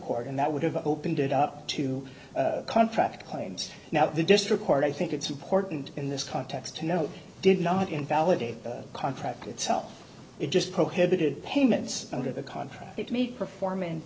court and that would have opened it up to contract claims now the district court i think it's important in this context to know did not invalidate the contract itself it just prohibited payments under the contract to meet performance